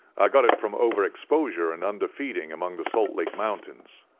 i got it from over-exposure and under-feeding among the salt lake mountains.